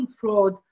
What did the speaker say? fraud